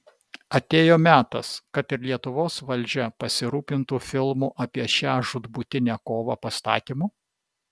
atėjo metas kad ir lietuvos valdžia pasirūpintų filmų apie šią žūtbūtinę kovą pastatymu